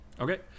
Okay